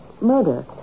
murder